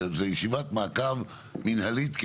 זאת ישיבת מעקב מינהלית,